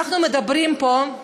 אנחנו מדברים פה,